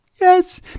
Yes